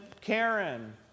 Karen